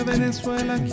Venezuela